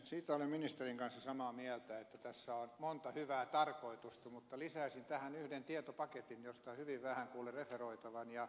siitä olen ministerin kanssa samaa mieltä että tässä on monta hyvää tarkoitusta mutta lisäisin tähän yhden tietopaketin josta hyvin vähän kuulen referoitavan